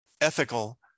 ethical